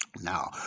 now